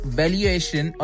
valuation